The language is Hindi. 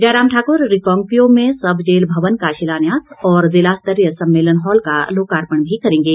जयराम ठाकुर रिकांगपिओ में सब जेल भवन का शिलान्यास और जिला स्तरीय सम्मेलन हॉल का लोकार्पण भी करेंगे